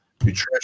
nutrition